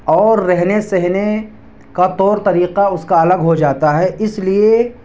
اور رہنے سہنے کا طور طریقہ اس کا الگ ہو جاتا ہے اس لیے